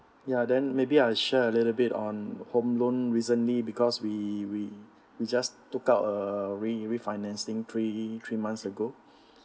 ya then maybe I share a little bit on home loan recently because we we we just took out a re~ refinancing three three months ago